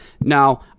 Now